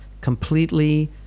completely